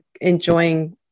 enjoying